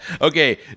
Okay